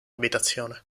abitazione